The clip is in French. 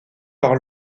par